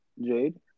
Jade